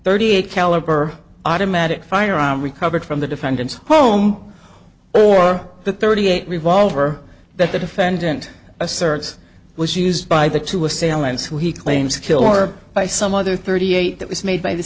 thirty eight caliber automatic firearm recovered from the defendant's home or the thirty eight revolver that the defendant asserts was used by the two assailants who he claims to kill or by some other thirty eight that was made by the